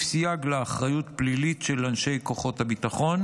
סייג לאחריות פלילית של אנשי כוחות הביטחון.